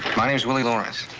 my name is willie lawrence.